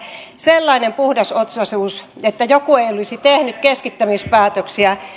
sellainen puhdasotsaisuus että joku ei olisi tehnyt keskittämispäätöksiä